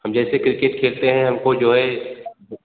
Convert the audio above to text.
जैसे क्रिकेट खेलते हैं हमको जो है वो